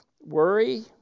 worry